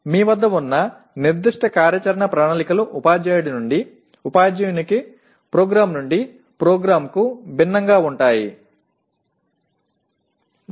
உங்களிடம் உள்ள குறிப்பிட்ட செயல் திட்டங்கள் ஆசிரியரிடமிருந்து ஆசிரியருக்கு நிரல் முதல் நிரல் வரை வேறுபடும்